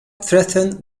threatened